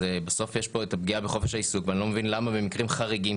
אז בסוף יש פה את הפגיעה בחופש העיסוק ואני לא מבין למה במקרים חריגים,